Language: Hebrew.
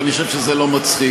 ואני חושב שזה לא מצחיק,